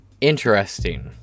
Interesting